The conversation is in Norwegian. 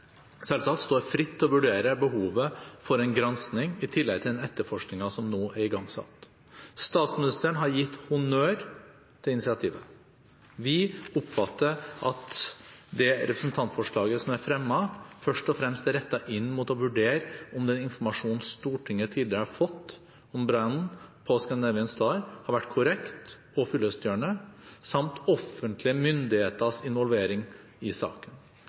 selvsagt står fritt til å vurdere behovet for en gransking i tillegg til den etterforskningen som nå er igangsatt. Statsministeren har gitt honnør til initiativet. Vi oppfatter at det representantforslaget som er fremmet, først og fremst er rettet inn mot å vurdere om den informasjonen Stortinget tidligere har fått om brannen på «Scandinavian Star», har vært korrekt og fyllestgjørende, samt offentlige myndigheters involvering i saken.